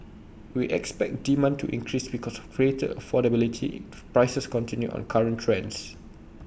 we expect demand to increase because of greater affordability prices continue on current trends